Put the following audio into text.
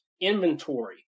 inventory